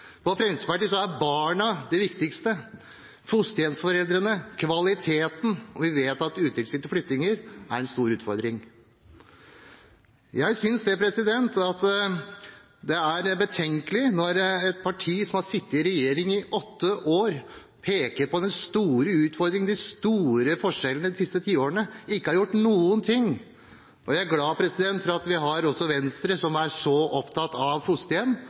på vent. Dette står ikke til troende. For Fremskrittspartiet er barna det viktigste – og fosterhjemsforeldrene og kvaliteten. Vi vet at utilsiktede flyttinger er en stor utfordring. Jeg synes det er betenkelig når et parti som har sittet i regjering i åtte år, som peker på den store utfordringen og de store forskjellene de siste tiårene, ikke har gjort noen ting. Jeg er glad for at vi har Venstre, som er så opptatt av fosterhjem